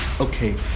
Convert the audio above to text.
okay